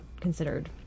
considered